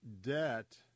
debt